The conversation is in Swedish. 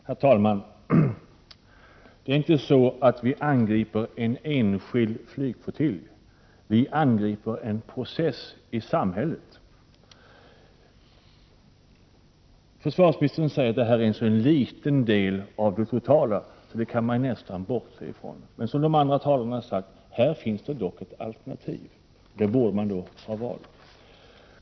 Herr talman! Det är inte så att vi angriper en enskild flygflottilj, vi angriper en process i samhället. Försvarsministern säger att detta är en så liten del av det totala att man nästan kan bortse från den. Men precis som de andra talarna har sagt finns det här dock ett alternativ. Det alternativet borde man ha valt.